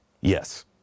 Yes